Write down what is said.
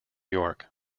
york